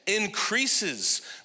increases